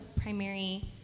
primary